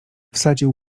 wsadził